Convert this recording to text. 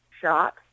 shot